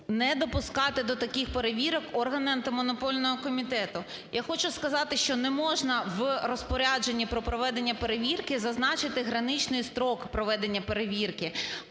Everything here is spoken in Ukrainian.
Не допускати до таких перевірок органи Антимонопольного комітету. Я хочу сказати, що не можна в розпорядженні про проведення перевірки зазначити граничний строк проведення перевірки.